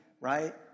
right